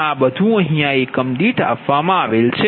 આ બધું એકમ દીઠ છે